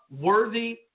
worthy